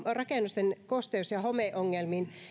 rakennusten kosteus ja homeongelmiin